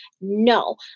no